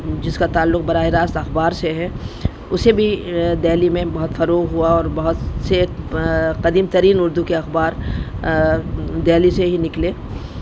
جس کا تعلق براہ راست اخبار سے ہے اسے بھی دہلی میں بہت فروغ ہوا اور بہت سے قدیم ترین اردو کے اخبار دہلی سے ہی نکلے